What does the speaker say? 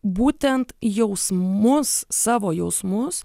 būtent jausmus savo jausmus